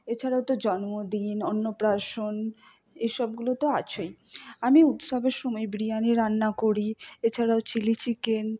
এছাড়াও তো জন্মদিন অন্নপ্রাশন এ সবগুলো তো আছেই আমি উৎসবের সময় বিরিয়ানি রান্না করি এছাড়াও চিলি চিকেন